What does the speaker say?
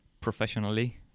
professionally